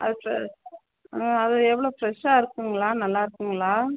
அது ஃபிரெ அது எவ்வளோ ஃபிரெஷ்ஷாக இருக்கும்ங்களா நல்லா இருக்குதுங்களா